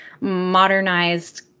modernized